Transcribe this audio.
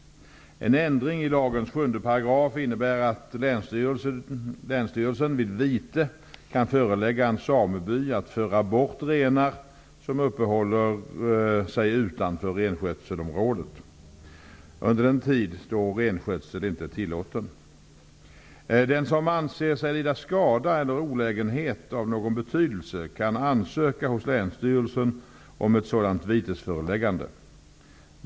En ändring i § 71 i lagen innebär att länsstyrelsen vid vite kan förelägga en sameby att föra bort renar som uppehåller sig utanför renskötselområdet. Detsamma gäller på mark inom renskötselområdet under den tid då renskötsel inte är tillåten där. Den som anser sig lida skada eller olägenhet av någon betydelse kan ansöka hos länsstyrelsen om ett sådant vitesföreläggande.